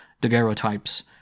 daguerreotypes